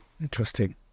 interesting